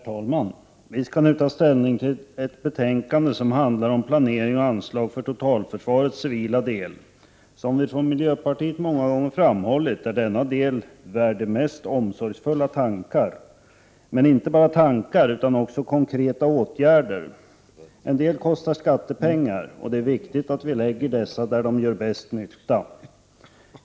Herr talman! Vi skall nu ta ställning till ett betänkande som handlar om planering och anslag för totalförsvarets civila del. Som vi från miljöpartiet många gånger framhållit är denna del värd de mest omsorgsfulla tankar, men inte bara tankar utan också konkreta åtgärder. En del kostar skattepengar, och det är viktigt att vi lägger dessa där de gör bäst nytta.